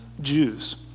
Jews